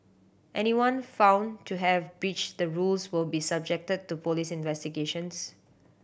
anyone found to have breached the rules will be subjected to police investigations